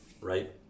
right